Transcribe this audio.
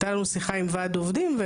הייתה לנו שיחה עם ועד עובדים.